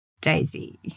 Daisy